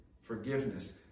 forgiveness